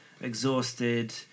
exhausted